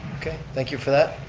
okay, thank you for that.